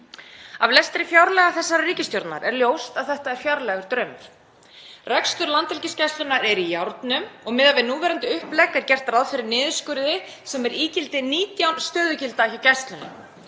Af lestri fjárlagafrumvarps þessarar ríkisstjórnar er ljóst að þetta er fjarlægur draumur. Rekstur Landhelgisgæslunnar er í járnum og miðað við núverandi upplegg er gert ráð fyrir niðurskurði sem er ígildi 19 stöðugilda hjá Gæslunni.